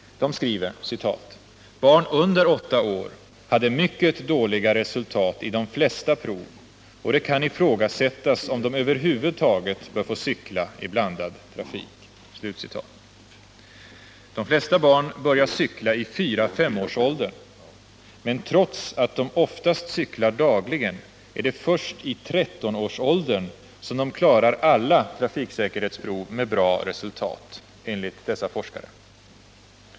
De skriver: ”Barn under åtta år hade mycket dåliga resultat i de flesta prov och det kan ifrågasättas om de över huvud taget bör få cykla i blandad trafik.” De flesta barn börjar cykla i fyra-fem årsåldern men trots att de oftast cyklar dagligen är det först i trettonårsåldern som de klarar alla trafiksäkerhetsprov med bra resultat, enligt dessa forskare.